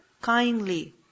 Kindly